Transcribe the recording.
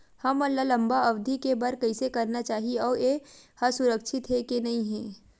हमन ला लंबा अवधि के बर कइसे करना चाही अउ ये हा सुरक्षित हे के नई हे?